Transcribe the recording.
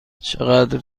چقدر